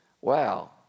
Wow